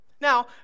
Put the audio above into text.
Now